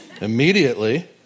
Immediately